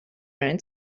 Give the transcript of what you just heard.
and